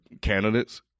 candidates